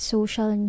Social